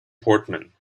portman